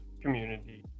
community